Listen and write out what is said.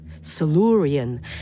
Silurian